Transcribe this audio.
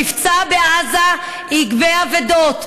מבצע בעזה יגבה אבדות,